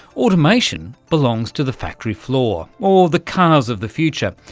automation belongs to the factory floor or the cars of the future,